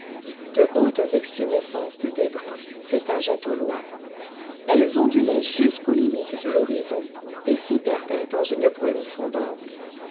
de hautes extumescences de débris s'étageaient au loin elles ondulaient jusqu'aux limites de l'horizon et s'y perdaient dans une brume fondante